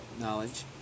knowledge